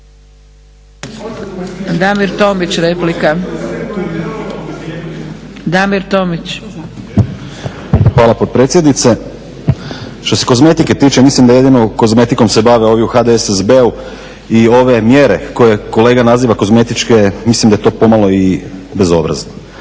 Damir Tomić, replika. **Tomić, Damir (SDP)** Hvala potpredsjednice. Što se kozmetike tiče, mislim da jedino kozmetikom se bave ovi u HDSSB-u i ove mjere koje kolega naziva kozmetičke mislim da je to pomalo i bezobrazno.